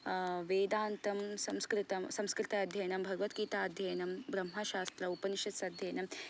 वेदान्तं संस्कृतं संस्कृताध्ययनं भगवद्गीता अध्ययनं ब्रह्मशास्त्रं उपनिषदस्य अध्ययनं